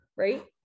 Right